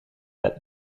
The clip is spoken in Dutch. bed